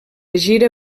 gira